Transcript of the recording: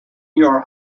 your